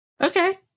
Okay